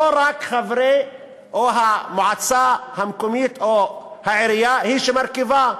לא רק חברי המועצה המקומית או העירייה היא שמרכיבה,